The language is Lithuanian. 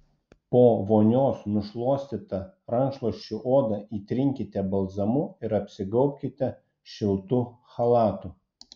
po vonios nušluostytą rankšluosčiu odą įtrinkite balzamu ir apsigaubkite šiltu chalatu